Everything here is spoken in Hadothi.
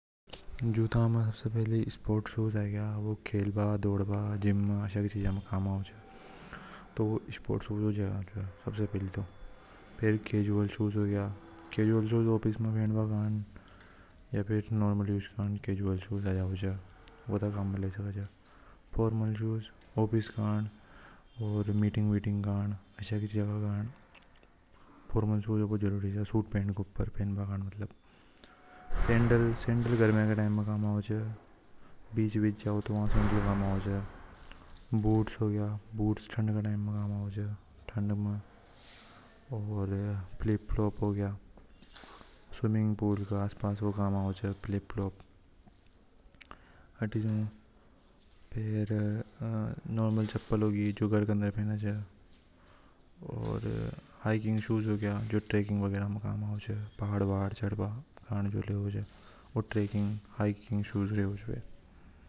जूता में सबसे पहली स्पोर्ट शूज आगया खेलवा दौड़बा जीम में आशय की चीजा में काम आवे तो स्पोर्ट शूज हो जाएगा सबसे पहली तो केजूअल शूज ऑफिस में पर या फिर नॉर्मल चीज के लिए होगया फॉर्मल शूज ऑफिस काजे मीटिंग विटिंनग आशय की चीजा करवा कंजे। फॉर्मल शूज बहुत जरूरी च शूट पेंट पेरवा कंजे। सैंडल गर्मियां के टाइम पे कम आवे छ बीच बीच जावे तो व से कम आवे छ बूट्स होगया बूट्स ठंड के टाइम कम आवे छ ठंड में ओर फ्लिप फ्लॉप होगया स्विमिंग पूल के आस पास च फ्लिप फ्लॉप फेर नॉर्मल चप्पल होगी जो घर के अंदर पहने च ओर हाइजीन शूज रेवे च जो पहाड़ वाहड चढ़ावा कंजे।